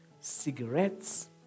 cigarettes